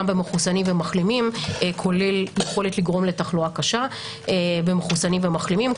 גם במחוסנים ומחלימים כולל יכולת לגרום לתחלואה קשה במחוסנים ומחלימים.